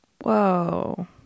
Whoa